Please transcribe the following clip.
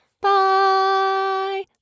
Bye